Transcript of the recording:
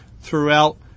throughout